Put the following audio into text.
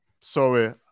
sorry